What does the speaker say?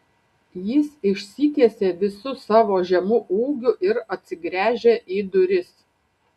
jis išsitiesė visu savo žemu ūgiu ir atsigręžė į duris